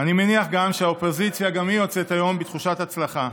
אני מניח שגם האופוזיציה יוצאת היום בתחושת הצלחה.